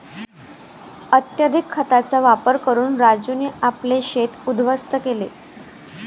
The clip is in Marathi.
अत्यधिक खतांचा वापर करून राजूने आपले शेत उध्वस्त केले